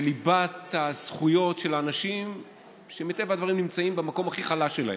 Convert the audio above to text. בליבת הזכויות של אנשים שמטבע הדברים נמצאים במקום הכי חלש שלהם,